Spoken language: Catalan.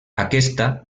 aquesta